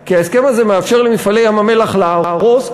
כי ההסכם הזה מאפשר ל"מפעלי ים-המלח" להרוס,